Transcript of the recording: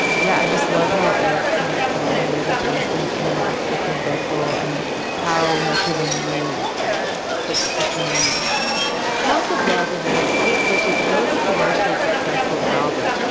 yeah, i just love how it works in that song, the way the bass and interacts with the vocal and how much of a mood it is. it's like such a mood hounds of love or may as kate bush's most commercially successful album.